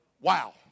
Wow